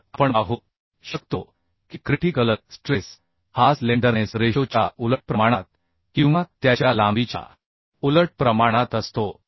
तर आपण पाहू शकतो की क्रिटि कल स्ट्रेस हा स्लेंडरनेस रेशोच्या उलट प्रमाणात किंवा त्याच्या लांबीच्या उलट प्रमाणात असतो